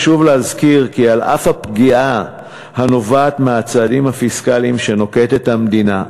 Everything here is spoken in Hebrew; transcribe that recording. חשוב להזכיר כי על אף הפגיעה הנובעת מהצעדים הפיסקליים שנוקטת המדינה,